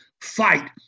fight